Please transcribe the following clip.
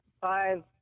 five